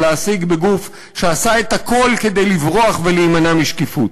להשיג בגוף שעשה את הכול כדי לברוח ולהימנע משקיפות.